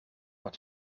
het